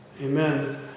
Amen